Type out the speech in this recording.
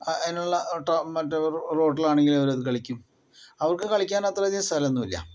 അതിനുള്ള മറ്റ് റോഡിൽ ആണെങ്കിലും അവർ അതു കളിക്കും അവർക്ക് കളിക്കാൻ അത്രയധികം സ്ഥലം ഒന്നും ഇല്ല